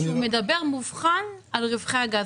שהוא מדבר מובחן על רווחי הגז.